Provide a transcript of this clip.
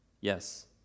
Yes